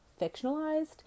fictionalized